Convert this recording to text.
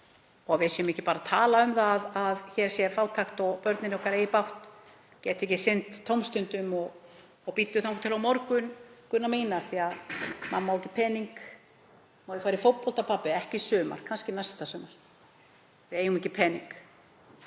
að við séum ekki bara að tala um það að hér sé fátækt og börnin okkar eigi bágt, geti ekki sinnt tómstundum. Bíddu þangað til á morgun, Gunna mín, mamma á ekki pening. Má ég fara í fótbolta pabbi? Ekki í sumar, kannski næsta sumar, við eigum ekki pening.